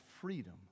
freedom